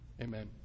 Amen